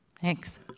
Thanks